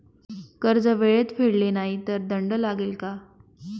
कर्ज वेळेत फेडले नाही तर दंड लागेल का?